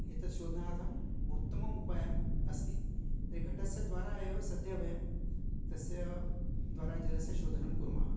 एतत् शोधनार्थम् उत्तम उपायः अस्ति तर्हि घटस्य द्वारा एव सद्यः वयं तस्य द्वारा जलस्य शोधनं कुर्मः